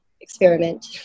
experiment